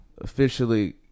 officially